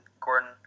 Gordon